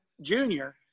Junior